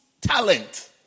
talent